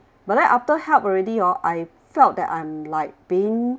but then after help already orh I felt that I'm like being